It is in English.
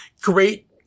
great